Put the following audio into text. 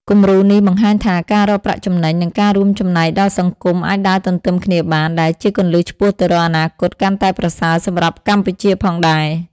គំរូនេះបង្ហាញថាការរកប្រាក់ចំណេញ និងការរួមចំណែកដល់សង្គមអាចដើរទន្ទឹមគ្នាបាន ដែលជាគន្លឹះឆ្ពោះទៅរកអនាគតកាន់តែប្រសើរសម្រាប់កម្ពុជាផងដែរ ។